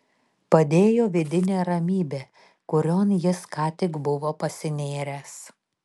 padėjo vidinė ramybė kurion jis ką tik buvo pasinėręs